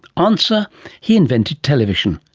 answer he invented television,